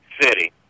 City